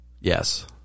Yes